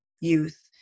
youth